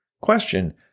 Question